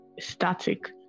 static